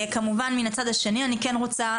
כמובן מן הצד השני אני כן רוצה,